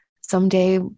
someday